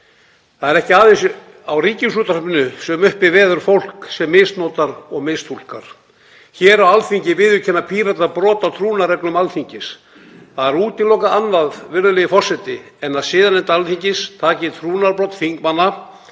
Það er ekki aðeins hér á Ríkisútvarpinu sem uppi veður fólk sem misnotar og mistúlkar. Hér á Alþingi viðurkenna Píratar brot á trúnaðarreglum Alþingis. Annað er útilokað, virðulegi forseti, en að siðanefnd Alþingis taki fyrir trúnaðarbrot þingmanna